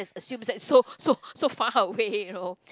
assume that's so so so far away you know